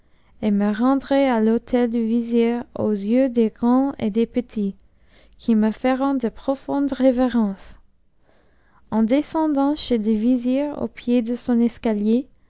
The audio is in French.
et me rendrai à l'hôtel du vizir aux yeux des grands et des petits qui me feront de profondes révérences en descendant chez le vizir au pied de son escalier